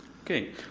Okay